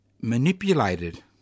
manipulated